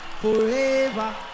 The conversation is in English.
forever